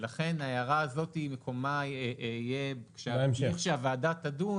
ולכן מקומה של ההערה הזו יהיה כשהדיון שהוועדה תדון